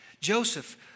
Joseph